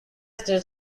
states